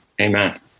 Amen